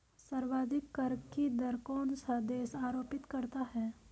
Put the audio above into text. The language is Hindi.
सर्वाधिक कर की दर कौन सा देश आरोपित करता है?